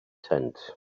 tent